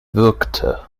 würgte